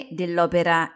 dell'opera